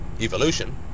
evolution